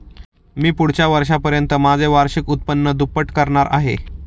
मी पुढच्या वर्षापर्यंत माझे वार्षिक उत्पन्न दुप्पट करणार आहे